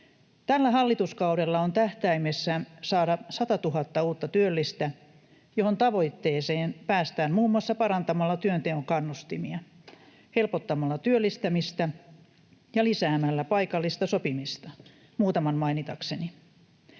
Tällä hallituskaudella on tähtäimessä saada 100 000 uutta työllistä, johon tavoitteeseen päästään muun muassa parantamalla työnteon kannustimia, helpottamalla työllistämistä ja lisäämällä paikallista sopimista, muutaman mainitakseni.